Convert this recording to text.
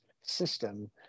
system